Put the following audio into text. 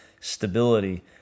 stability